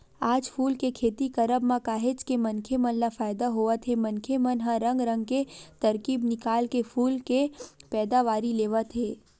आज फूल के खेती करब म काहेच के मनखे मन ल फायदा होवत हे मनखे मन ह रंग रंग के तरकीब निकाल के फूल के पैदावारी लेवत हे